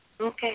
Okay